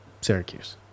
Syracuse